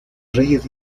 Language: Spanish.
reyes